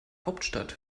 hauptstadt